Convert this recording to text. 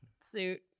suit